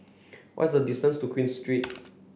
what's the distance to Queen Street